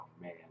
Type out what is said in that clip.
man